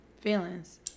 feelings